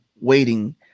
waiting